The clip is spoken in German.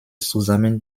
zusammen